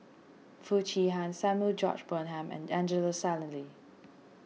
Foo Chee Han Samuel George Bonham and Angelo Sanelli